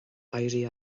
éirí